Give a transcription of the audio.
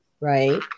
Right